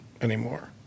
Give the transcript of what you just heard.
anymore